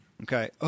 Okay